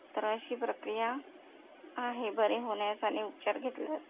तर अशी प्रक्रिया आहे बरे होण्यास आणि उपचार घेतल्यास